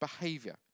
behavior